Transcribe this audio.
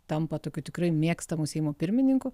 tampa tokiu tikrai mėgstamu seimo pirmininku